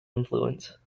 influence